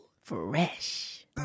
Fresh